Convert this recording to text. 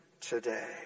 today